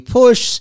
push